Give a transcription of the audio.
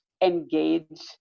engage